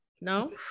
No